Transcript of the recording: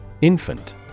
Infant